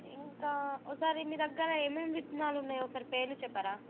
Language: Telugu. ఇంకా ఓసారి మీ దగ్గర ఏమేమి విత్తనాలు ఉన్నాయో ఒకసారి పేర్లు చెప్పరా